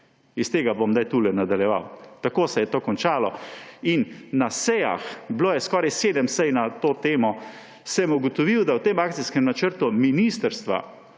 Iz tega bom zdaj tule nadaljeval. Tako se je to končalo. In na sejah, bilo je skoraj sedem sej na to temo, sem ugotovil, da v tem akcijskem načrtu ministrstvi,